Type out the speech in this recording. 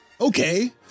okay